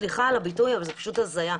סליחה על הביטוי, אבל זה פשוט הזיה.